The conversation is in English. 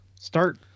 start